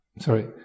Sorry